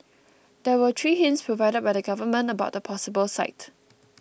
there were three hints provided by the government about the possible site